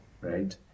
right